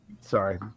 Sorry